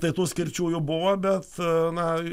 tai tų skirčių jų buvo bet na